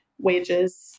wages